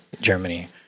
Germany